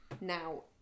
now